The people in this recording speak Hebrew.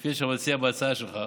כפי שאתה מציע בהצעה שלך,